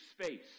space